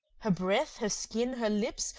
her breath, her skin, her lips,